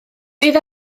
bydd